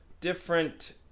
different